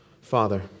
Father